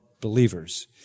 believers